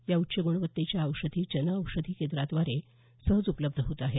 या उच्च गुणवत्तेच्या औषधी जन औषधी केंद्राद्वारे सहज उपलब्ध होत आहेत